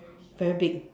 very big